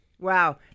Wow